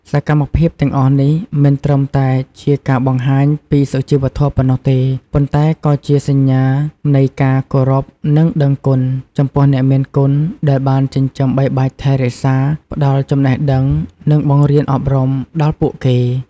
សកម្មភាពទាំងអស់នេះមិនត្រឹមតែជាការបង្ហាញពីសុជីវធម៌ប៉ុណ្ណោះទេ ប៉ុន្តែក៏ជាសញ្ញាណនៃការ គោរព និងដឹងគុណ ចំពោះអ្នកមានគុណ ដែលបានចិញ្ចឹមបីបាច់ថែរក្សា ផ្ដល់ចំណេះដឹង និងបង្រៀនអប់រំដល់ពួកគេ។